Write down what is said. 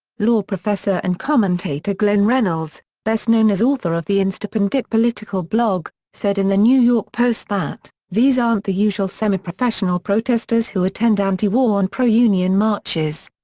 law professor and commentator glenn reynolds, best known as author of the instapundit political blog, said in the new york post that these aren't the usual semiprofessional protesters who attend antiwar and pro-union marches.